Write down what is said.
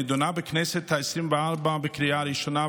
נדונה בכנסת העשרים-וארבע בקריאה ראשונה,